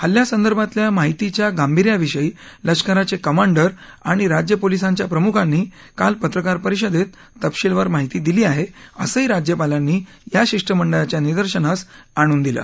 हल्ल्यासंदर्भातल्या माहितीच्या गांभीर्याविषयी लष्कराचे कमांडर आणि राज्य पोलासांच्या प्रमुखांनी काल पत्रकार परिषदेत तपशीलवार माहिती दिली आहे असंही राज्यपालांनी या शिष्टमंडळाच्या निदर्शसनास आणून दिलं